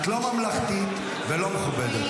את לא ממלכתית ולא מכובדת.